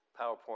PowerPoint